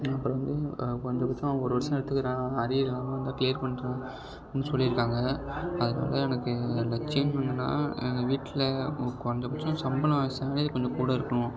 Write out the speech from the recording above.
அப்புறம் வந்து குறஞ்சபட்சம் அவங்க ஒரு வருஷம் எடுத்துக்கிறேன் அரியர் இல்லாமல் இருந்தால் க்ளியர் பண்ணிட்றான்னு சொல்லியிருக்காங்க அதனாலே எனக்கு லட்சியம் என்னன்னால் எங்கள் வீட்டில் குறஞ்சபட்சம் சம்பளம் சேலரி கொஞ்சம் கூட இருக்கணும்